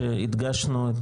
הדגשנו את